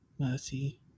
Mercy